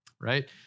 right